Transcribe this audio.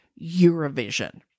eurovision